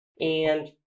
And-